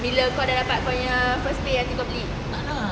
bila kau dah dapat kau nya first day nanti kau beli